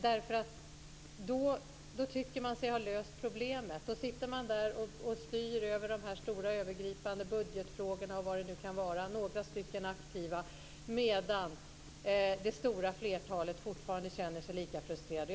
Då tycker man sig nämligen ha löst problemet. Då kommer några aktiva att sitta och styra över de stora övergripande budgetfrågorna m.m. medan det stora flertalet fortfarande kommer att känna sig lika frustrerade.